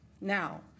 Now